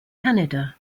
canada